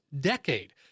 decade